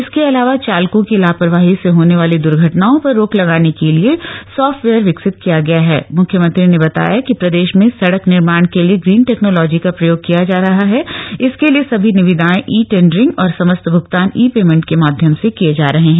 इसके अलावा चालकों की लापरवाही से होने वाली दर्घटनाआ पर रोक लगाने के लिए सॉफ्टवेयर विकसित किया गया हण मुख्यमंत्री ने बताया कि प्रदेश में सड़क निर्माण के लिए ग्रीन टेक्नोलॉजी का प्रयोग किया जा रहा हण इसके लिए सभी निविदाएं ई टेण्यरिंग और समस्त भ्गतान ई पेमेंट के माध्यम से किये जा रहे हैं